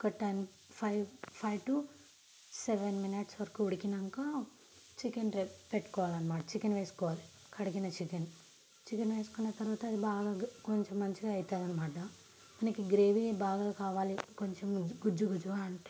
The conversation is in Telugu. ఒక ten five five two seven minutes వరకు ఉడికాక చికెన్ గ్రే పెట్టుకోవాలన్నమాట చికెన్ వేసుకోవాలి కడిగిన చికెన్ చికెను వేసుకున్న తరువాత అది బాగా కొంచెం మంచిగా అవుతుందన్నమాట మనకి గ్రేవీ బాగా కావాలి కొంచెం గుజ్జు గుజ్జుగా అంటే